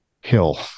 hill